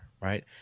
right